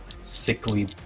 sickly